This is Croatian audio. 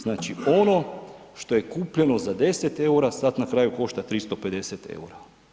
Znači ono što je kupljeno za 10 eura, sad na kraju košta 350 eura.